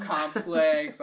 Complex